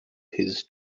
his